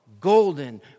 Golden